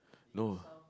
no